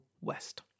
west